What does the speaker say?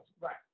Right